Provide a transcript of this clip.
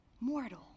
mortal